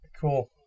cool